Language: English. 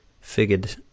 figured